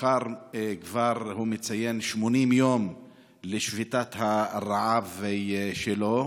מחר הוא מציין כבר 80 יום לשביתת הרעב שלו.